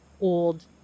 old